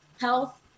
health